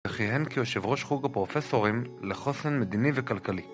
וכיהן כיושב ראש חוג הפרופסורים לחוסן מדיני וכלכלי